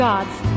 God's